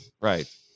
Right